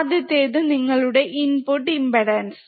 ആദ്യത്തേത് നിങ്ങളുടെ input impedance